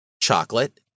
chocolate